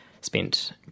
spent